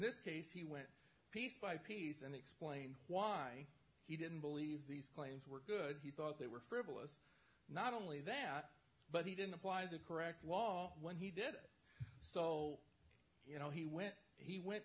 this case he went piece by piece and explained why he didn't believe these claims were good he thought they were frivolous not only that but he didn't apply the correct wall when he did it so you know he went he went